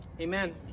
Amen